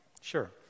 sure